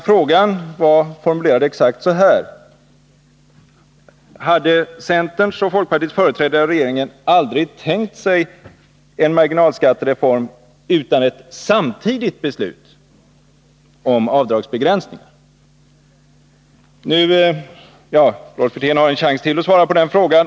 Frågan var formulerad exakt så här: Hade centerns och folkpartiets företrädare i regeringen aldrig tänkt sig en marginalskattereform utan ett samtidigt beslut om avdragsbegränsning? Rolf Wirtén har ytterligare en chans att besvara den frågan.